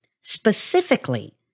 Specifically